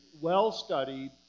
well-studied